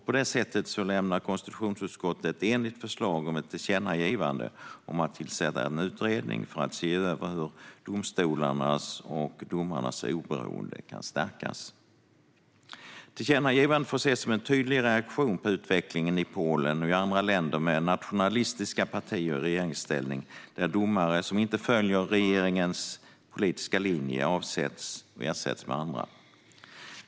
På det sättet lämnar konstitutionsutskottet ett enigt förslag om ett tillkännagivande om att tillsätta en utredning för att se över hur domstolarnas och domarnas oberoende kan stärkas. Tillkännagivandet får ses som en tydlig reaktion på utvecklingen i Polen och i andra länder med nationalistiska partier i regeringsställning där domare som inte följer regeringens politiska linje avsätts och ersätts med andra.